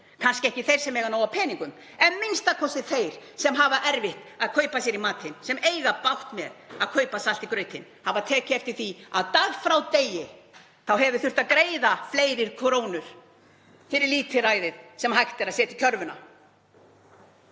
kannski ekki þeir sem eiga nóg af peningum en a.m.k. þeir sem eiga erfitt með að kaupa sér í matinn, sem eiga bágt með aðeiga fyrir salti í grautinn, hafa tekið eftir því að dag frá degi hefur þurft að greiða fleiri krónur fyrir lítilræðið sem hægt er að setja í körfuna.